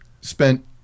spent